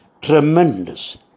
tremendous